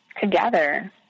together